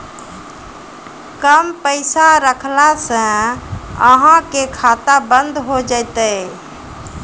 कम पैसा रखला से अहाँ के खाता बंद हो जैतै?